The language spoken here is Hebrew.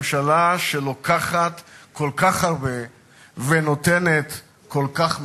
ממשלה שלוקחת כל כך הרבה ונותנת כל כך מעט.